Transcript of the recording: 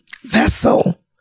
vessel